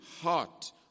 heart